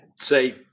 say